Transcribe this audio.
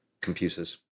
computers